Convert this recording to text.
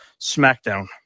SmackDown